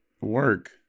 Work